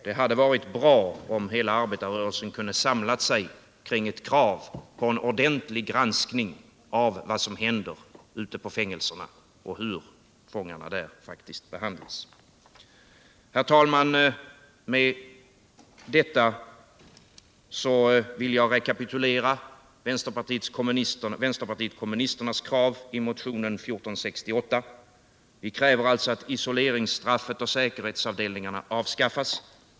Det hade varit bra om hela arbetarrörelsen hade kunnat samla sig kring ett krav på en ordentlig granskning av vad som händer ute på fängelserna och hur fångarna där faktiskt behandlas. Herr talman! Med detta vill jag rekapitulera vänsterpartiet kommunisternas krav i motionen 1468. Vi kräver alltså för det första att isoleringsstraffet och säkerhetsavdelningarna avskaffas.